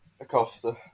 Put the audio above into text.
Acosta